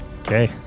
Okay